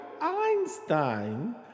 einstein